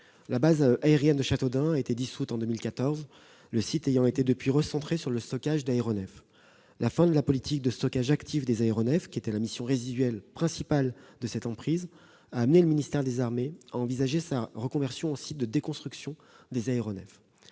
La base aérienne de Châteaudun a été dissoute en 2014, le site ayant été depuis recentré sur le stockage d'aéronefs. La fin de la politique de stockage actif des aéronefs, qui était la mission résiduelle principale de cette emprise, a amené le ministère des armées à envisager sa reconversion en site de déconstruction des aéronefs.